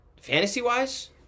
Fantasy-wise